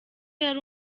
yari